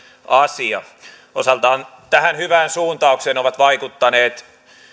asia osaltaan tähän hyvään suuntaukseen ovat vaikuttaneet